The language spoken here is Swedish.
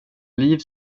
liv